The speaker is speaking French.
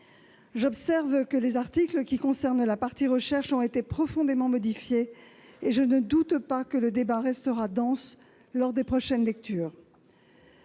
J'observe que les articles qui concernent la partie recherche ont été profondément modifiés. Je ne doute pas que le débat sera encore dense lors des prochaines lectures.